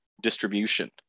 distribution